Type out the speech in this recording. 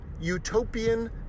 utopian